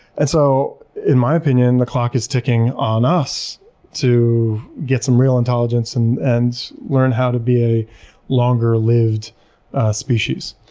and so in my opinion, the clock is ticking on us to get some real intelligence and and learn how to be a longer-lived species.